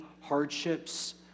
hardships